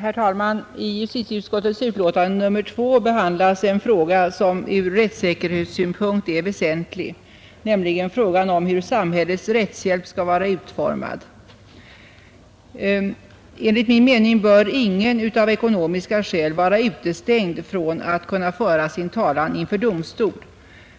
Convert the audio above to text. Herr talman! I justitieutskottets betänkande nr 2 behandlas en fråga som ur rättssäkerhetssynpunkt är väsentlig, nämligen frågan om hur samhällets rättshjälp skall vara utformad. Enligt min mening bör ingen av ekonomiska skäl vara utestängd från att kunna föra sin talan inför domstol,